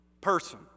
person